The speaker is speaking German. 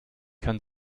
kann